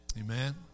Amen